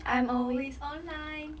I'm always online